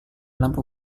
lampu